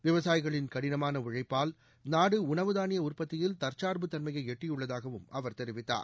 விவசாயிகளின் கடினமான உழழப்பால் நாடு உணவு தாளிய உற்பத்தியில் தற்சா்பு தன்மையை எட்டியுள்ளதாகவும் அவர் தெரிவித்தார்